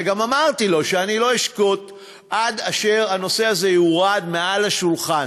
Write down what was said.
וגם אמרתי לו שאני לא אשקוט עד אשר הנושא הזה יורד מהשולחן.